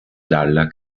dalla